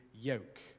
yoke